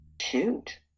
shoot